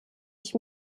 ich